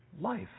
life